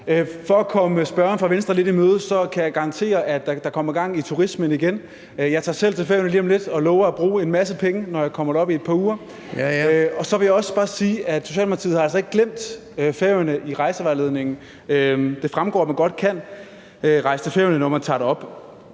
For at komme spørgeren fra Venstre lidt i møde kan jeg garantere, at der kommer gang i turismen igen. Jeg tager selv til Færøerne lige om lidt og lover at bruge en masse penge, når jeg kommer derop i et par uger, og så vil jeg også bare sige, at Socialdemokratiet altså ikke har glemt Færøerne i rejsevejledningen. Det fremgår, at man godt kan rejse til Færøerne, når man tager derop.